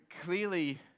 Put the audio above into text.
clearly